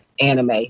anime